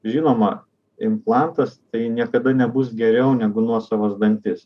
žinoma implantas tai niekada nebus geriau negu nuosavas dantis